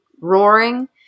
roaring